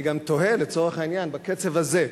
אני גם תוהה, לצורך העניין, בקצב הזה,